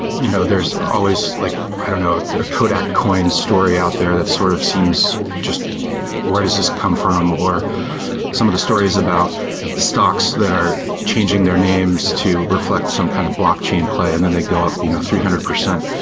you know there's always like i don't know, a kodak coins story out there that sort of seems just where does this come from or some of the stories about stocks that are changing their names to reflect some kind of blockchain play and and they go up you know three hundred percent.